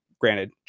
Granted